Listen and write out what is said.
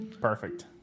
Perfect